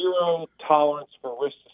zero-tolerance-for-risk